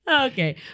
Okay